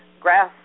grass